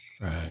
Right